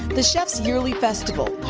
the yearly festival